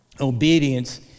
obedience